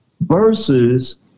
versus